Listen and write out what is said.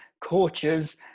coaches